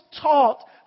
taught